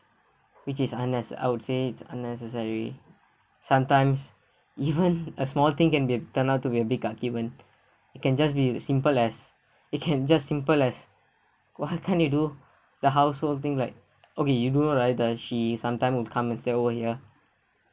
which is unnes~ I would say it's unnecessary sometimes even a small thing can be a turned out to be a big argument it can just be simple as it can just simple as why can't you do the household thing like okay you know right she sometime will come and stay over here